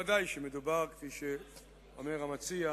בוודאי שמדובר, כפי שאומר המציע,